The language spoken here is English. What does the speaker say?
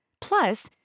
Plus